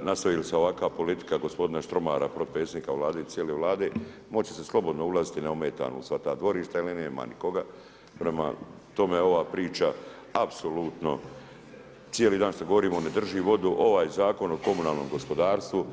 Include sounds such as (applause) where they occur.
nastavi li se ovakva politika gospodina Štromara potpredsjednika Vlade i cijele Vlade, moći će se slobodno ulaziti neometano u sva ta dvorišta, … (unintelligible) Prema tome, ova priča apsolutno, cijeli dan što govorimo ne drži vodu, ovaj Zakon o komunalnom gospodarstvu.